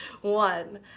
one